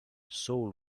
saul